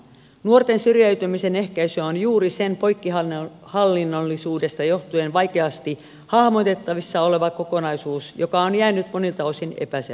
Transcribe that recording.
nuorten syrjäytymisen ehkäisy on juuri sen poikkihallinnollisuudesta johtuen vaikeasti hahmotettavissa oleva kokonaisuus joka on jäänyt monilta osin epäselväksi